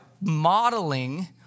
Modeling